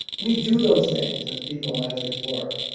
we do those things as people and as explorers.